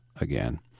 again